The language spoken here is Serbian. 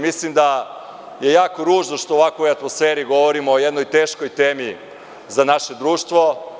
Mislim da je jako ružno što u ovakvoj atmosferi govorim o jednoj teškoj temi za naše društvo.